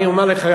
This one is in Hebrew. אני אומר לך,